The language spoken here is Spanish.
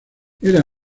era